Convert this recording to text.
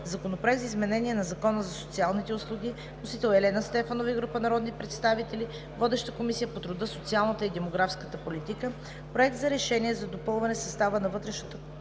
Законопроект за изменение на Закона за социалните услуги. Вносители са Елена Стефанова и група народни представители. Водеща е Комисията по труда, социалната и демографската политика. Проект за решение за допълване състава на Комисията